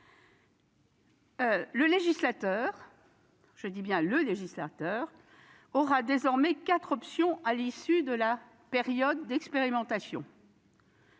Le législateur aura désormais quatre options à l'issue de la période d'expérimentation